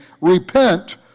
repent